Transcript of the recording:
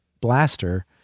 blaster